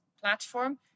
platform